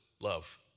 love